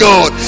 God